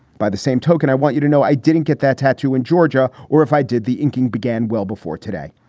by the same token, i want you to know i didn't get that tattoo in georgia, or if i did, the inking began well before today.